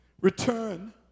return